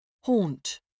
Haunt